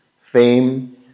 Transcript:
fame